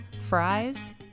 fries